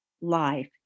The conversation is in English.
life